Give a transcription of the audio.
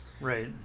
Right